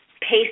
paste